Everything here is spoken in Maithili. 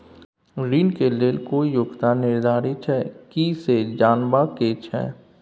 ऋण के लेल कोई योग्यता निर्धारित छै की से जनबा के छै?